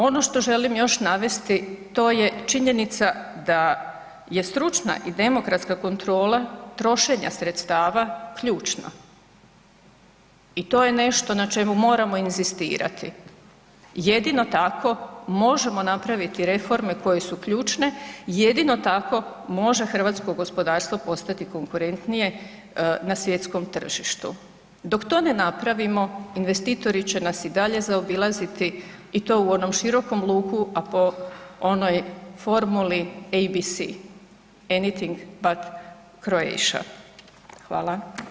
Ono što želim još navesti to je činjenica da je stručna i demokratska kontrola trošenja sredstava ključna i to je nešto na čemu moramo inzistirati, jedino tako možemo napraviti reforme koje su ključne, jedino tako može hrvatsko gospodarstvo postati konkurentnije na svjetskom tržištu, dok to ne napravimo investitori će nas i dalje zaobilaziti i to u onom širokom luku, a po onoj formuli EBC … [[Govornik se ne razumije]] Hvala.